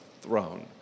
throne